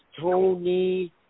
Tony